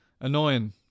annoying